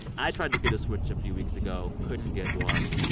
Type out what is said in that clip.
i tried to get a switch a few weeks ago, couldn't get one.